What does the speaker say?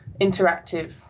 interactive